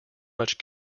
much